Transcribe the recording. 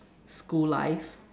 school life